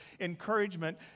encouragement